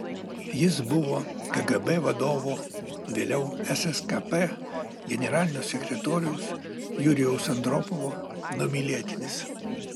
jis buvo kgb vadovo vėliau sskp generalinio sekretoriaus jurijaus andropovo numylėtinis